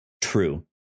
True